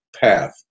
path